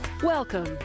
Welcome